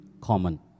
common